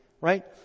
right